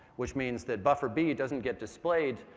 which means that buffer b doesn't get displayed,